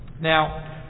Now